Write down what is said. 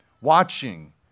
watching